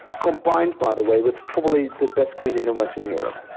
combined by the way, with probably the best cuisine in western europe.